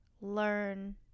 learn